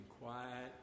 quiet